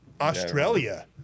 Australia